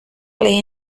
play